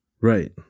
Right